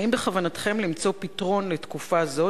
האם בכוונתכם למצוא פתרון לתקופה זו